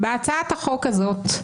בהצעת החוק הזאת,